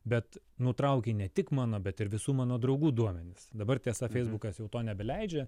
bet nutraukė ne tik mano bet ir visų mano draugų duomenis dabar tiesa feisbukas jau to nebeleidžia